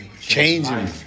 Changing